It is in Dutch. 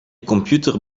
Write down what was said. computer